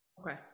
Okay